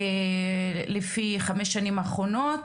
לפי חמש שנים אחרונות,